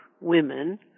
women